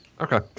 Okay